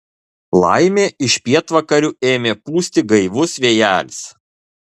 laimė iš pietvakarių ėmė pūsti gaivus vėjelis